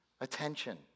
attention